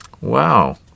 wow